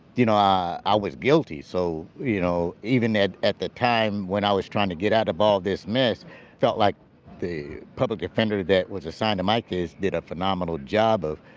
you know, i i was guilty. so you know, even at, at the time when i was trying to get out of all this mess, it felt like the public defender that was assigned to my case did a phenomenal job of,